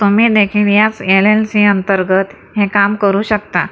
तुम्ही देखील याच एल एल सी अंतर्गत हे काम करू शकता